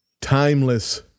timeless